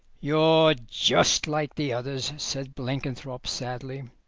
you're just like the others, said blenkinthrope sadly,